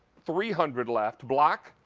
three hundred left. black,